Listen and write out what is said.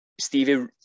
Stevie